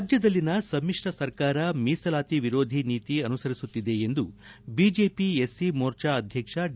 ರಾಜ್ಲದಲ್ಲಿನ ಸಮಿತ್ರ ಸರ್ಕಾರ ಮೀಸಲಾತಿ ವಿರೋಧಿ ನೀತಿ ಅನುಸರಿಸುತ್ತಿದೆ ಎಂದು ಬಿಜೆಪಿ ಎಸ್ಸಿ ಮೋರ್ಚಾ ಅಧ್ವಕ್ಷ ಡಿ